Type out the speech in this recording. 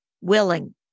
willing